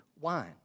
wine